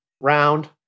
round